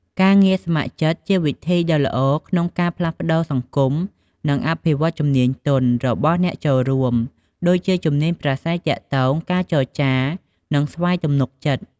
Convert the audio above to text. ការងារស្ម័គ្រចិត្ត ជាវិធីដ៏ល្អក្នុងការផ្លាស់ប្តូរសង្គម និងអភិវឌ្ឍជំនាញទន់ (soft skills) របស់អ្នកចូលរួម ដូចជាជំនាញប្រាស្រ័យទាក់ទង ការចរចា និងស្វ័យទំនុកចិត្ត។